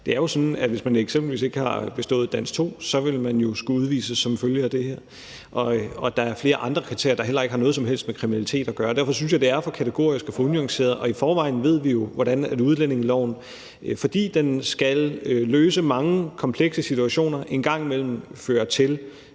jo før – at hvis man eksempelvis ikke har bestået prøve i dansk 2, så vil man skulle udvises som følge af det her. Og der er flere andre kriterier, der heller ikke har noget som helst med kriminalitet at gøre. Derfor synes jeg, det er for kategorisk og for unuanceret, og i forvejen ved vi jo, hvordan udlændingeloven, fordi den skal løse mange komplekse situationer, en gang imellem fører til